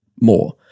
more